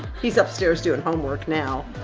he's upstairs doin' homework now.